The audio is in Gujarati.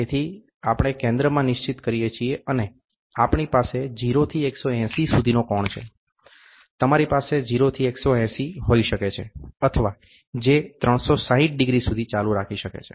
તેથી આપણે કેન્દ્રમાં નિશ્ચિત કરીએ છીએ અને આપણી પાસે 0 થી 180 સુધીનો કોણ છે તમારી પાસે 0 થી 180 હોઈ શકે છે અથવા જે 360 ડિગ્રી સુધી ચાલુ રાખી શકે છે